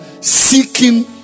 seeking